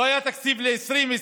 לא היה תקציב ל-2020,